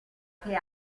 che